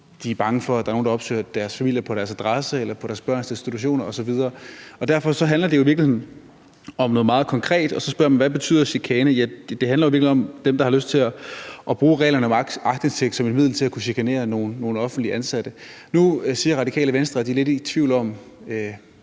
og er bange for, at der er nogle, der vil opsøge deres familie på deres adresse, deres børns institution osv. Derfor handler det jo i virkeligheden om noget meget konkret. Så spørger man: Hvad betyder chikane? Det handler jo i virkeligheden om, at der er nogle, der ønsker at bruge reglerne om aktindsigt som et middel til at kunne chikanere nogle offentligt ansatte. Nu siger Radikale Venstre, at de er lidt i tvivl om,